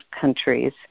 countries